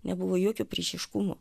nebuvo jokių priešiškumų